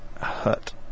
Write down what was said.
Hut